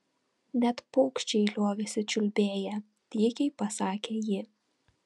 net paukščiai liovėsi čiulbėję tykiai pasakė ji